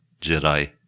Jedi